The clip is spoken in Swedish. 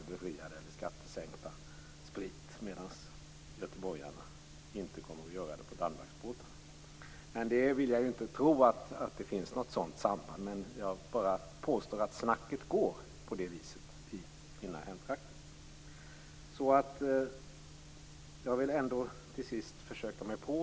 Göteborgarna kommer inte att kunna göra det på Danmarksbåtarna. Jag vill inte tro att det finns något sådant samband, men snacket går så i mina hemtrakter.